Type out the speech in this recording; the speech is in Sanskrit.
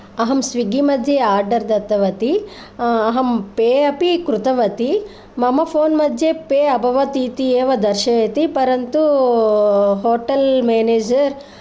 अहं स्विग्गि मध्ये आर्डर् दत्तवती अहं पे अपि कृतवती मम फोन् मध्ये पे अभवत् इति एव दर्शयति परन्तु होटेल् मेनेजर्